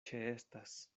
ĉeestas